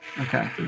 Okay